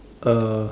uh